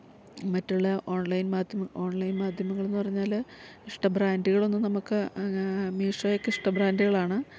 മറ്റുള്ള ഓൺലൈൻ മാധ്യമം ഓൺലൈൻ മാധ്യമങ്ങളെന്ന് പറഞ്ഞാല് ഇഷ്ട ബ്രാൻഡുകളൊന്നും നമുക്ക് മീഷോയൊക്കെ ഇഷ്ട ബ്രാൻഡുകളാണ്